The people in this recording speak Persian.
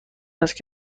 است